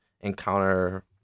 encounter